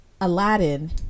Aladdin